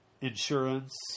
insurance